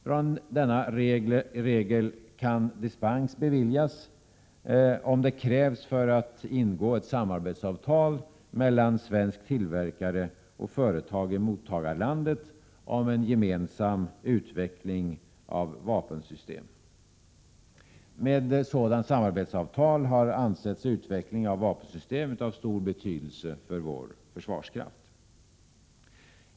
Från denna regel kan dispens beviljas om det krävs för att ingå ett samarbetsavtal mellan svensk tillverkare och företag i mottagarlandet om en gemensam utveckling av vapensystem. Med sådant samarbetsavtal har avsetts utveckling av vapensystem av stor betydelse för vår försvarskraft.